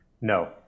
no